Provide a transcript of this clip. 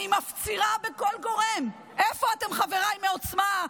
אני מפצירה בכל גורם, איפה אתם, חבריי מעוצמה?